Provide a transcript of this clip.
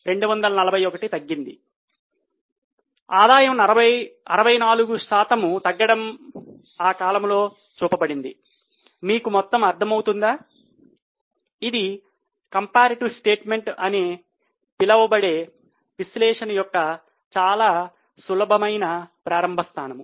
ఇది తులనాత్మక ప్రకటన అని పిలువబడే విశ్లేషణ యొక్క చాలా సులభమైన ప్రారంభ స్థానం